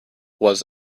was